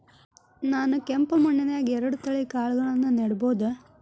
ನಾನ್ ಕೆಂಪ್ ಮಣ್ಣನ್ಯಾಗ್ ಎರಡ್ ತಳಿ ಕಾಳ್ಗಳನ್ನು ನೆಡಬೋದ?